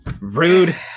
Rude